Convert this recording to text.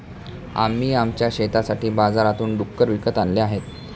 आम्ही आमच्या शेतासाठी बाजारातून डुक्कर विकत आणले आहेत